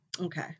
Okay